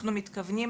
אנחנו מתכוונים